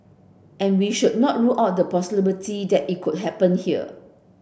and we should not rule out the possibility that it could happen here